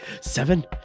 Seven